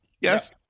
yes